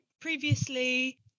previously